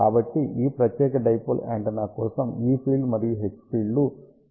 కాబట్టి ఈ ప్రత్యేక డైపోల్ యాంటెన్నా కోసం E ఫీల్డ్ మరియు H ఫీల్డ్లు ఈ ప్రత్యేక ఎక్ష్ప్రెషన్ ద్వారా ఇవ్వబడతాయి